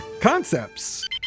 Concepts